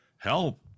Help